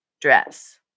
dress